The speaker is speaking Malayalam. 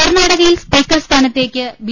കർണാടകയിൽ സ്പീക്കർ സ്ഥാനത്തേക്ക് ബി